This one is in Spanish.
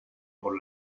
por